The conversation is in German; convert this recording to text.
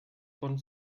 von